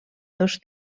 dos